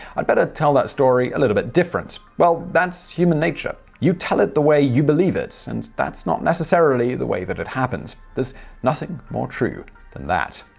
i'd better tell that story a little bit different. well, that's human nature. you tell it the way you believe it and that's not necessarily the way that it happened. there's nothing more true than that.